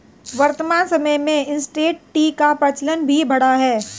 वर्तमान समय में इंसटैंट टी का प्रचलन भी बढ़ा है